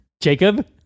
jacob